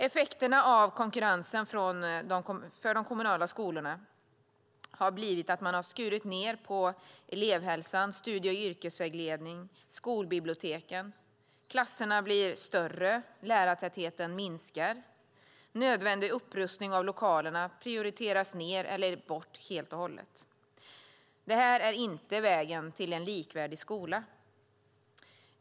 Effekterna av konkurrensen för de kommunala skolorna har blivit att man har skurit ned på elevhälsan, studie och yrkesvägledning samt skolbiblioteken. Klasserna har blivit större och lärartätheten har minskat. Nödvändig upprustning av lokalerna prioriteras ned eller bort helt och hållet. Det här är inte vägen till en likvärdig skola.